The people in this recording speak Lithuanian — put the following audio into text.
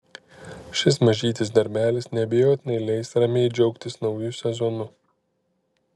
šis mažytis darbelis neabejotinai leis ramiai džiaugtis nauju sezonu